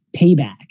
payback